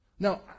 Now